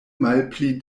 malpli